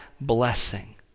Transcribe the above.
blessing